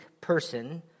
person